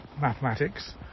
mathematics